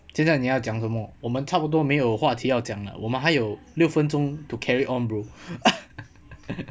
现在你要讲什么我们差不多没有话题要讲了我们还有六分钟 to carry on bro